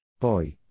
Poi